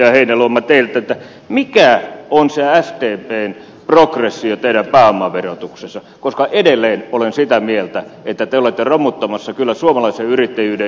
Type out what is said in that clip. heinäluoma teiltä mikä on se sdpn progressio teidän pääomaverotuksessanne koska edelleen olen sitä mieltä että te olette kyllä romuttamassa suomalaisen yrittäjyyden merkittävimpiä kannustimia